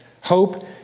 Hope